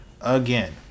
again